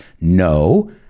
No